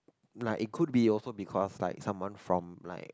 like it could be also because like someone from like